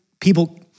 people